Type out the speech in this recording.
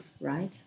Right